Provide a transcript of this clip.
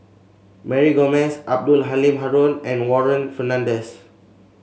Mary Gomes Abdul Halim Haron and Warren Fernandez